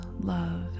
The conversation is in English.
love